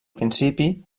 principi